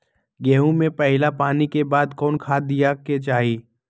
गेंहू में पहिला पानी के बाद कौन खाद दिया के चाही?